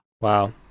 Wow